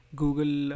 google